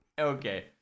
Okay